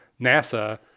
NASA